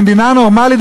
במדינה נורמלית,